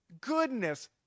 goodness